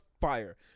fire